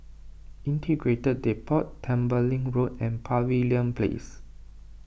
Integrated Depot Tembeling Road and Pavilion Place